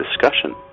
discussion